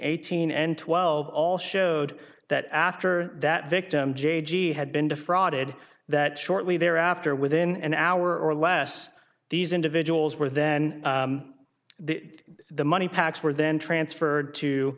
eighteen and twelve all showed that after that victim j g had been defrauded that shortly thereafter within an hour or less these individuals were then the the money packs were then transferred to